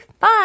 Bye